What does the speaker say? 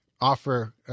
offer